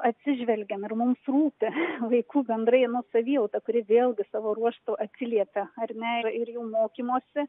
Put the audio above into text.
atsižvelgiam ir mums rūpi vaikų bendrai nu savijauta kuri vėlgi savo ruožtu atsiliepia ar ne ir jų mokymosi